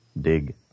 dig